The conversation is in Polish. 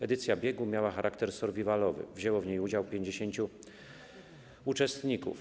Edycja biegu miała charakter survivalowy, wzięło w niej udział 50 uczestników.